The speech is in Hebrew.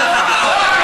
יש פה חוק במדינה.